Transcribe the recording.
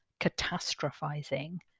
catastrophizing